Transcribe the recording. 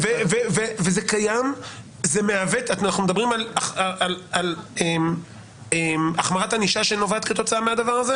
אנחנו מדברים על החמרת ענישה שנובעת כתוצאה מהדבר הזה.